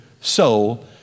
soul